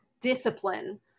discipline